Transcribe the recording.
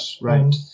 right